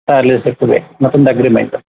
ಹಾಂ ಅಲ್ಲೇ ಸಿಗ್ತದೆ ಮತ್ತೊಂದು ಅಗ್ರಿಮೆಂಟು